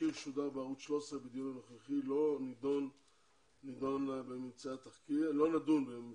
התחקיר שודר בערוץ 13. בדיון הנוכחי לא נדון בממצאי התחקיר אלא